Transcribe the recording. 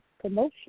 promotion